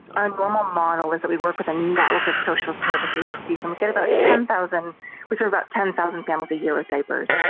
and um ah model is that we work with a network of social service agencies. and we get about ten thousand we serve about ten thousand families a year with diapers.